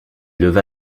leva